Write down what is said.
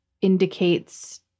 indicates